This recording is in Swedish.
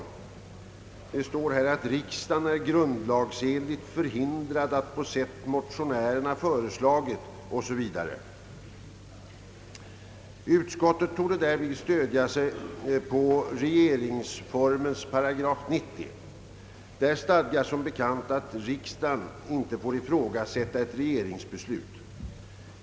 I utskottsutlåtandet heter det nämligen: »Riksdagen är grundlagsenligt förhindrad att på sätt motionärerna föreslagit» o.s.v. Utskottet torde därvid stödja sig på regeringsformens § 90, där det som bekant stadgas att riksdagen inte får ifrågasätta ett regeringsbeslut.